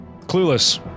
clueless